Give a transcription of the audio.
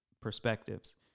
perspectives